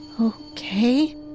Okay